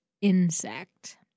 insect